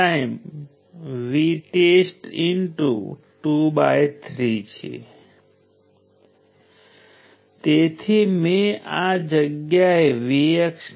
તેથી આપણી પાસે ફરીથી 4 × 10 3 વોટ છે જે 4 મિલી વોટ્સ છે